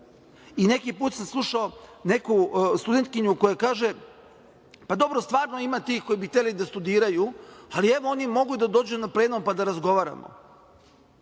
Neki put sam slušao neku studentkinju koja kaže – pa, dobro, stvarno ima tih koji bi hteli da studiraju, ali evo, oni mogu da dođu na plenum, pa da razgovaramo. Mlada